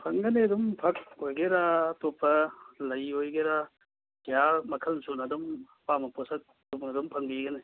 ꯐꯪꯒꯅꯤ ꯑꯗꯨꯝ ꯐꯛ ꯑꯣꯏꯒꯦꯔꯥ ꯑꯇꯣꯞꯄ ꯂꯩ ꯑꯣꯏꯒꯦꯔꯥ ꯀꯌꯥ ꯃꯈꯜ ꯁꯨꯅ ꯑꯗꯨꯝ ꯑꯄꯥꯝꯕ ꯄꯣꯠꯁꯛ ꯁꯨꯅ ꯑꯗꯨꯝ ꯐꯪꯕꯤꯒꯅꯤ